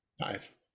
Five